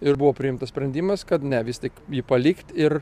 ir buvo priimtas sprendimas kad ne vis tik jį palikt ir